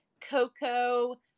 Coco